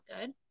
good